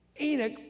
Enoch